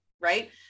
Right